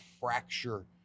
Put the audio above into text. fracture